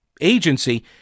agency—